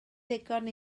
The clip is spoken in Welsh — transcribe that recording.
ddigon